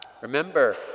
Remember